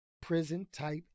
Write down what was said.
prison-type